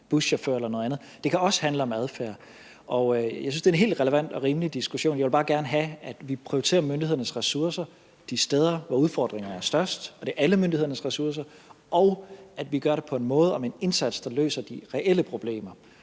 buschauffør eller noget andet. Det kan også handle om adfærd. Jeg synes, det er en helt relevant og rimelig diskussion, men jeg vil bare gerne have, at vi prioriterer myndighedernes ressourcer de steder, hvor udfordringerne er størst – og det er alle myndighedernes ressourcer – og at vi gør det på en måde og med en indsats, der løser de reelle problemer.